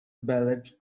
ballet